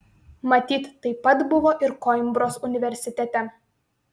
matyt taip pat buvo ir koimbros universitete